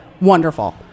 wonderful